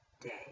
day